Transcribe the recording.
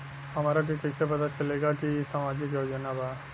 हमरा के कइसे पता चलेगा की इ सामाजिक योजना बा?